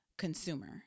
consumer